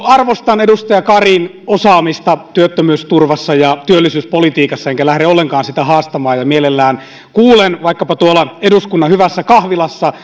arvostan edustaja karin osaamista työttömyysturvassa ja työllisyyspolitiikassa enkä lähde ollenkaan sitä haastamaan ja mielellään kuulen vaikkapa tuolla eduskunnan hyvässä kahvilassa